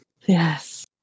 Yes